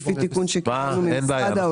לפי תיקון שקיבלנו ממשרד האוצר.